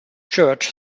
church